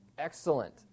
Excellent